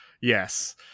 yes